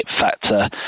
factor